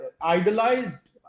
idolized